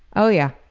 oh yeah.